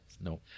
No